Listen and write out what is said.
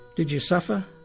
did you suffer?